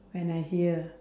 when I hear